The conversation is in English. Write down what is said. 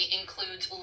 includes